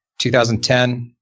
2010